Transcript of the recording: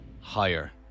Higher